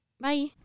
bye